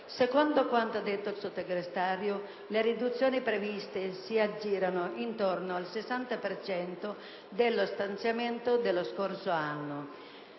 Secondo quanto detto dal Sottosegretario, le riduzioni previste si aggirano intorno al 60 per cento dello stanziamento dello scorso anno.